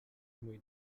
mój